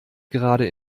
gerade